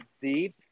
deep